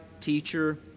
teacher